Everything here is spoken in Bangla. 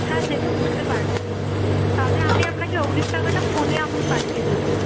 হ্যাঁ সে তো বুঝতে পারছি তাহলে আমি আপনাকে অগ্রিম টাকাটা ফোনে আমি পাঠিয়ে দেবো